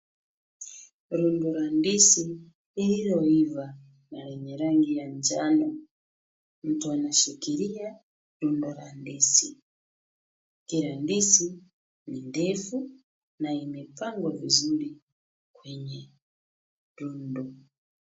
Rundo la ndizi lililoiva na lenye rangi ya njano. Mtu anashikilia rundo la ndizi. Hiyo ndizi ni ndefu na imepangwa vizuri kwenye rundo.